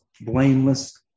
blameless